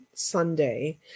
Sunday